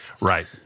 Right